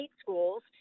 schools